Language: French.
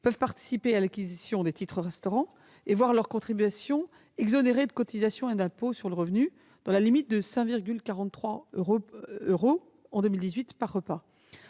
peuvent participer à l'acquisition de titres-restaurant et voir leur contribution exonérée de cotisations et d'impôt sur le revenu dans la limite de 5,43 euros en 2018. Votre